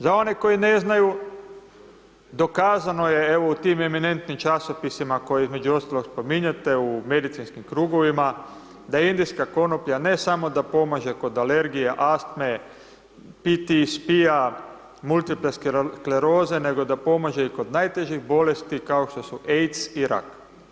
Za one koji ne znaju, dokazano je evo u tim eminentnim časopisima koje između ostalog spominjete, u medicinskim krugovima, da indijska konoplja ne samo da pomaže kod alergija, astme, PTSP-a, multipleskleroze nego da pomaže i kod najtežih bolesti kao što su AIDS i rak.